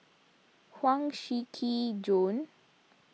Huang Shiqi Joan